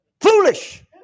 Foolish